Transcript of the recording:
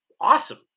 awesome